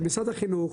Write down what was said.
של משרד החינוך,